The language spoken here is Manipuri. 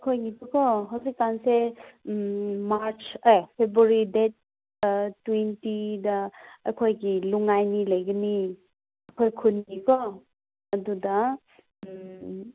ꯑꯩꯈꯣꯏꯒꯤꯗꯤꯀꯣ ꯍꯧꯖꯤꯛꯀꯥꯟꯁꯦ ꯃꯥꯔꯆ ꯑꯥ ꯐꯦꯕ꯭ꯋꯥꯔꯤ ꯗꯦꯠ ꯇ꯭ꯋꯦꯟꯇꯤꯗ ꯑꯩꯈꯣꯏꯒꯤ ꯂꯨꯏꯉꯥꯏꯅꯤ ꯂꯩꯒꯅꯤ ꯑꯩꯈꯣꯏ ꯈꯨꯟꯒꯤꯀꯣ ꯑꯗꯨꯗ